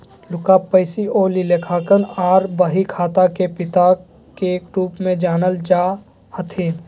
Luca Pacioli लेखांकन आर बहीखाता के पिता के रूप मे जानल जा हथिन